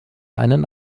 einen